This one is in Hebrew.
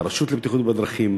את הרשות לבטיחות בדרכים.